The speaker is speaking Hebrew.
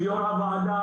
של יו"ר הוועדה,